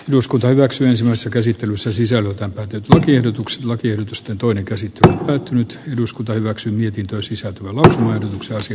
eduskunta hyväksyi ensimmäisessä käsittelyssä sisällöltään nyt lakiehdotuksella kyyditysten toinen käsittelee nyt eduskunta hyväksyy heti toisissa oloissa saisi